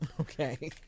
Okay